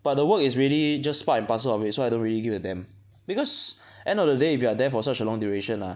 but the work is really just part and parcel of it so I don't really give a damn because end of the day if you are there for such a long duration ah